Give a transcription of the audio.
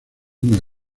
una